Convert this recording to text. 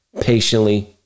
patiently